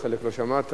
חלק לא שמעת.